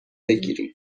بگیری